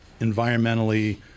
environmentally